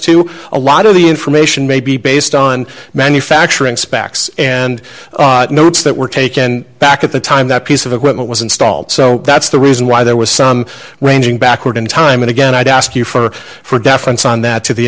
to a lot of the information may be based on manufacturing specs and notes that were taken back at the time that piece of equipment was installed so that's the reason why there was some ranging backward in time and again i'd ask you for for deference on that to the